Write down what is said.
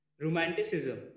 Romanticism